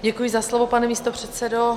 Děkuji za slovo, pane místopředsedo.